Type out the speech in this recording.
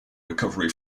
recovery